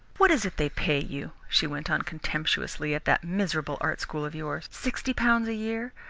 what is it they pay you, she went on contemptuously, at that miserable art school of yours? sixty pounds a year!